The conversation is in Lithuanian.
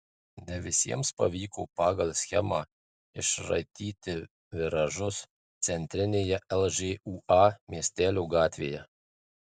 ne visiems pavyko pagal schemą išraityti viražus centrinėje lžūa miestelio gatvėje